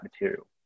material